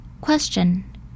Question